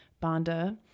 Banda